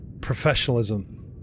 professionalism